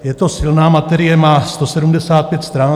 Je to silná materie, má 175 stran.